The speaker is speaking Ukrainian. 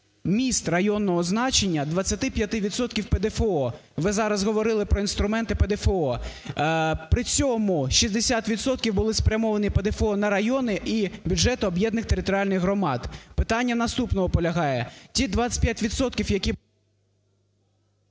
міст районного значення, 25 відсотків ПДФО. Ви зараз говорили про інструменти ПДФО. При цьому 60 відсотків були спрямовані ПДФО на райони і бюджетооб'єднаних територіальних громад. Питання в наступному полягає. Ті 25 відсотків,